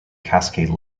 cascade